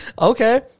Okay